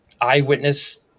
eyewitness